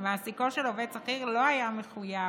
ומעסיקו של עובד שכיר לא היה מחויב